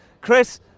Chris